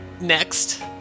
Next